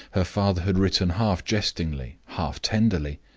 her father had written, half-jestingly, half-tenderly,